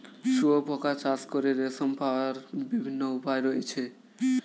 শুঁয়োপোকা চাষ করে রেশম পাওয়ার বিভিন্ন উপায় রয়েছে